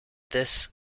this